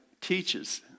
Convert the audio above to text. teaches